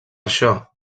això